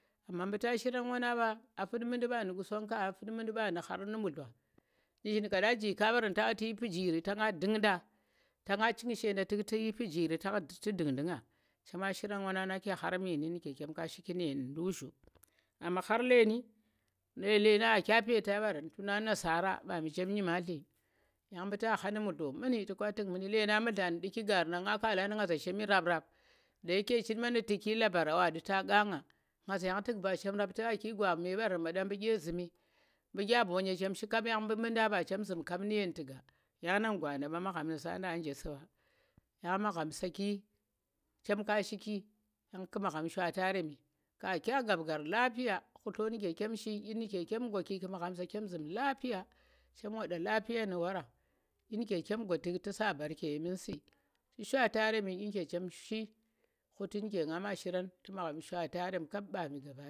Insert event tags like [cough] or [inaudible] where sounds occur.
amma mu̱ ta shirng wanang mɓa a fu̱n mu̱nndi mɓa nu̱ Qusongga a fun mu̱nndi khan nu̱ mudlo, nu̱zhin kaaɗa nji kaa mɓorang tu̱ yi mpu̱njiri ta nga ndu̱ngada to nga ching shenda tu̱ yi mpu̱njiri tu̱ ndu̱ngnɗu̱ nga chema shirang wanang nake khar meeni nu̱ ke chem ka shiki nu̱ yen nɗu̱k zhu̱ amma khar leeni nu̱ leeni aa kya mpeta mɓarang tu̱na nasara mɓam, chem nyimatli yang mu̱ ta kha nu̱ mudlo mu̱ni to ka tu̱k mu̱u̱ndi ledang mu̱dlo nu̱ nɗu̱ki gaari nang nga kala nda ngaaza shimi rap rap da yeke chinma nu̱ tu̱ki labarang wa nɗu ta kanga nga za yang tu̱k ba chem rap tu aa ki gwa me mɓarang mɓa nɗa mu ɗye zu̱mi mu ɗya mbonye chem shi kap yang mɓu̱ mundang ba chem zu̱m kap nu̱ yen tu̱ga yang nang gwanda ɓa magham nu̱ sa nda a nje su̱ mɓa yang magham saki chem ka shiki yanf ku̱ magham shwataremi ku̱ aa kya gaɓ nggar lapiya khu̱lo nu̱ ke chem shi, ɗyi nu̱ ke chem gwaki ku̱ magham sa chem zu̱m lapiya chem wada lapiya nu̱ wara ɗyi nu̱ ke chem gwaki tu̱ sa mbarke ye mu̱ng su̱ tu̱ shwatare mi ɗyi nu̱ ke chem shi ghu̱ti nu̱ ke nga ma shirang tu̱ magham shwataremi kap mɓami [unintelligible]